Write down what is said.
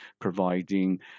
providing